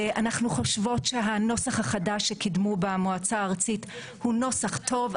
אנחנו חושבות שהנוסח החדש שקידמו במועצה הארצית הוא נוסח טוב,